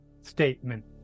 statement